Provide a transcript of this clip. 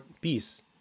peace